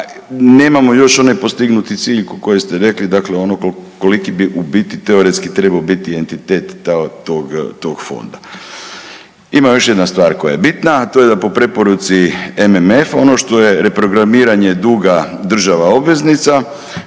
nemamo još onaj postignuti cilj koji ste rekli, dakle ono koliki bi ubiti teoretski trebao biti entitet tog Fonda. Ima još jedna stvar koja je bitna, a to je da po preporuci MMF, ono što je reprogramiranje duga država obveznica